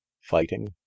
fighting